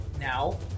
now